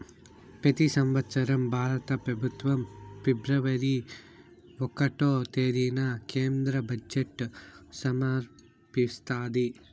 పెతి సంవత్సరం భారత పెబుత్వం ఫిబ్రవరి ఒకటో తేదీన కేంద్ర బడ్జెట్ సమర్పిస్తాది